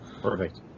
Perfect